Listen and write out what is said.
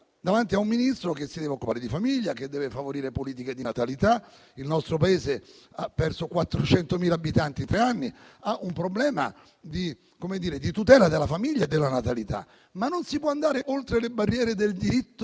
davanti a un Ministro che deve occuparsi di famiglia e favorire politiche di natalità. Il nostro Paese ha perso 400.000 abitanti in tre anni e ha un problema di tutela della famiglia e della natalità. Non si può però andare oltre le barriere del diritto